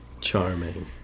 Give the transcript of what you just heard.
Charming